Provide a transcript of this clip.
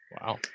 Wow